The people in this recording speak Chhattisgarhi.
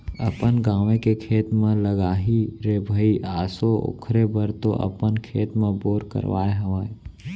अपन गाँवे के खेत म लगाही रे भई आसो ओखरे बर तो अपन खेत म बोर करवाय हवय